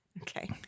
Okay